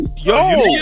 yo